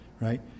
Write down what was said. right